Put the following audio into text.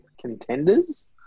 contenders